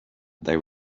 they